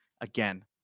again